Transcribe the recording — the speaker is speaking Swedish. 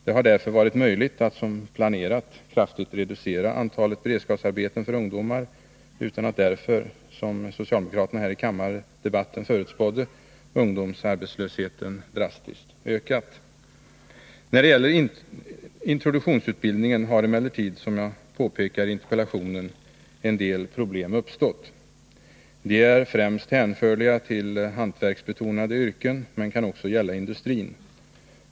Det har därför varit möjligt att som planerat kraftigt reducera antalet beredskapsarbeten för ungdomar utan att därmed, som socialdemokraterna förutspådde i kammardebatten, ungdomsarbetslösheten drastiskt ökat. När det gäller introduktionsutbildningen har emellertid, som jag påpekar i interpellationen, en del problem uppstått. De är främst hänförliga till hantverksbetonade yrken men kan också gälla industrin.